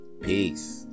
Peace